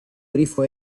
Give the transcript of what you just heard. grifo